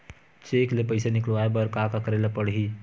Cheque ले पईसा निकलवाय बर का का करे ल पड़हि?